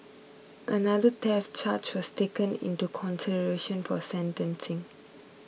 another theft charge was taken into consideration for sentencing